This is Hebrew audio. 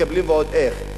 מקבלים ועוד איך.